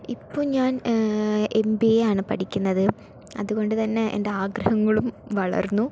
ഇപ്പോൾ ഞാൻ M B എയാണ് പഠിക്കുന്നത് അതുകൊണ്ട്തന്നെ എൻ്റെ ആഗ്രഹങ്ങളും വളർന്നു